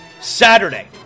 Saturday